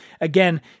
Again